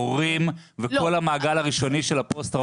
הורים וכל המעגל הראשוני של הפוסט טראומטיים.